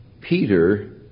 Peter